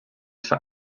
for